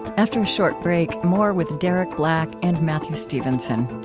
after a short break, more with derek black and matthew stevenson.